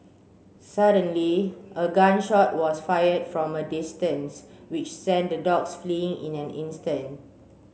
suddenly a gun shot was fired from a distance which sent the dogs fleeing in an instant